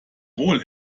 wohl